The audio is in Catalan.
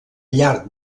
llarg